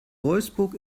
wolfsburg